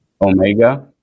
Omega